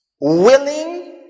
Willing